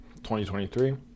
2023